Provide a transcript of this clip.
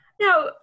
now